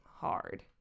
hard